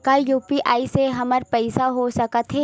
का यू.पी.आई से हमर पईसा हो सकत हे?